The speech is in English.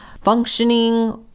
functioning